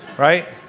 right?